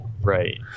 right